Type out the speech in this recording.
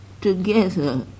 together